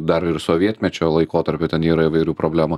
dar ir sovietmečio laikotarpiu ten yra įvairių problemų